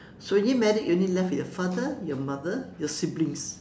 so when you married you only left with your father your mother your siblings